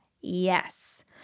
Yes